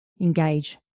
engage